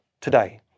today